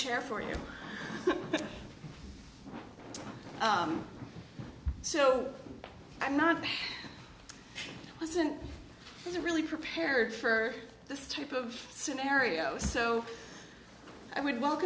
chair for you so i'm not wasn't really prepared for this type of scenario so i would w